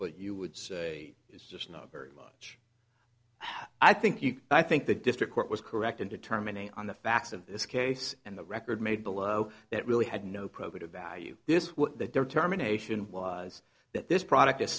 what you would say is just not very much i think you i think the district court was correct in determining on the facts of this case and the record made below that really had no probative value this what the determination was that this product i